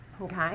Okay